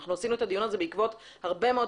עשינו את הדיון הזה בעקבות הרבה מאוד